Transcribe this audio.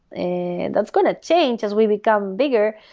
and that's going to change as we become bigger,